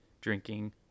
drinking